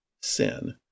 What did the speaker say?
sin